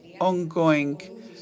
ongoing